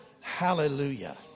Hallelujah